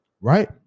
Right